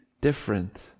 different